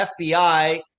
FBI